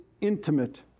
intimate